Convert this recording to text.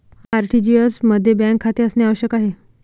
RTGS मध्ये bank खाते असणे आवश्यक आहे